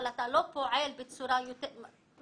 אבל אתה לא פועל בצורה מספקת